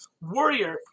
warrior